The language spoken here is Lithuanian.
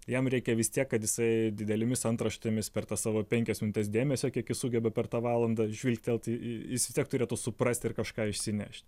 jam reikia vis tiek kad jisai didelėmis antraštėmis per tas savo penkias minutes dėmesio kiek jis sugeba per tą valandą žvilgtelt į į jis vis tiek turėtų suprast ir kažką išsinešti